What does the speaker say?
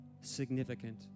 significant